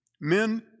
Men